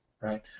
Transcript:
right